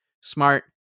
smart